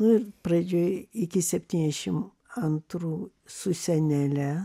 nu ir pradžioj iki septyniašim antrų su senele